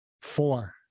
Four